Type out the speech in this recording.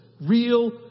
Real